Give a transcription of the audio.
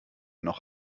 noch